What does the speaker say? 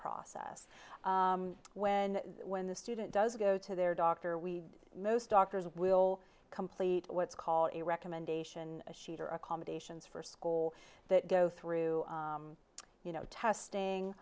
process when when the student does go to their doctor we most doctors will complete what's called a recommendation sheet or accommodations for school that go through you know testing